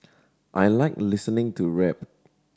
I like listening to rap